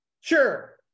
sure